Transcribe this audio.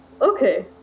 Okay